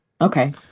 Okay